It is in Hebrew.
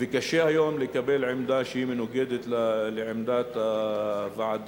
שקשה היום לקבל עמדה שהיא מנוגדת לעמדת הוועדה,